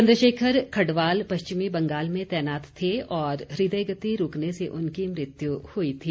चंद्रशेखर खडवाल पश्चिम बंगाल में तैनात थे और हृदयगति रूकने से उनकी मृत्यु हुई थी